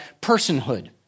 personhood